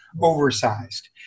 oversized